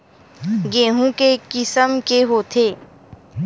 गेहूं के किसम के होथे?